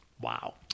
Wow